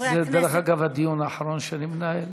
חברי הכנסת, זה, דרך אגב, הדיון האחרון שאני מנהל.